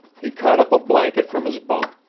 he caught up a blanket from his bunk,